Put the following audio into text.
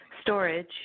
storage